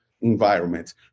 environment